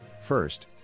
First